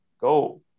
go